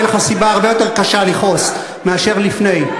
לך סיבה הרבה יותר קשה לכעוס מאשר לפני,